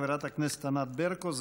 חברת הכנסת ענת ברקו.